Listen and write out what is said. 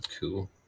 Cool